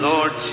Lord